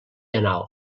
anal